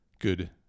good